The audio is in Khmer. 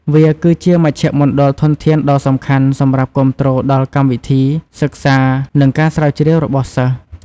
វាគឺជាមជ្ឈមណ្ឌលធនធានដ៏សំខាន់សម្រាប់គាំទ្រដល់កម្មវិធីសិក្សា និងការស្រាវជ្រាវរបស់សិស្ស។